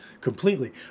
completely